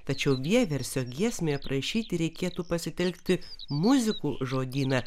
tačiau vieversio giesmę aprašyti reikėtų pasitelkti muzikų žodyną